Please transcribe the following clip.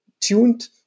tuned